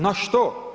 Na što?